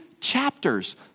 chapters